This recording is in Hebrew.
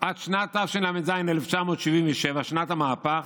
עד שנת תשל"ז, 1977, שנת המהפך,